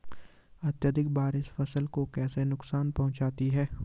अत्यधिक बारिश फसल को कैसे नुकसान पहुंचाती है?